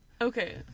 Okay